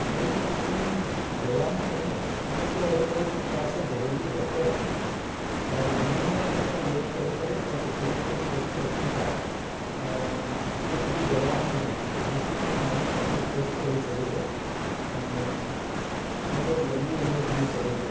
योग खाली व्यायाम कोन्हे उहा त हिकिड़ो प्रकार सां घरेलू डॉक्टर आहे और हिनमें असां योग करे करे पंहिंजे शरीर खे स्वस्थ रखूं था ऐं इहो खाली व्यायाम कोन्हे हिन सां माण्हू ॾाढो स्वस्थ रई सघे थो ऐं ॾाढो लंबी उमिरि जी सघे थो